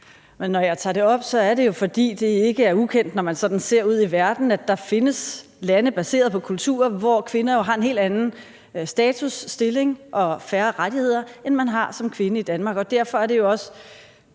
når jeg tager det her op, er det jo, fordi det ikke er ukendt, når man sådan ser ud i verden, at der findes lande baseret på kulturer, hvor kvinder har en helt anden status og stilling og har færre rettigheder, end man har som kvinde i Danmark. Derfor er det jo også